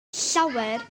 llawer